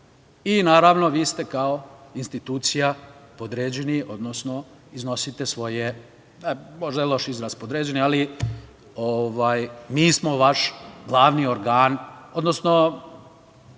državu. Naravno, vi ste kao institucija podređeni, odnosno iznosite svoje, možda je loš izraz podređeni, ali mi smo vaš glavni organ, odnosno,